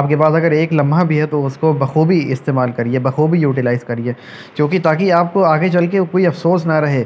آپ کے پاس اگر ایک لمحہ بھی ہے تو اس کو بخوبی استعمال کریے بخوبی یوٹیلائز کریے کیونکہ تاکہ آپ کو آگے چل کے کوئی افسوس نہ رہے